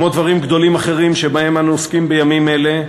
כמו דברים גדולים אחרים שאנחנו עוסקים בהם בימים אלה,